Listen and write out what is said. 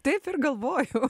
taip ir galvojau